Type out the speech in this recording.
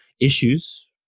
issues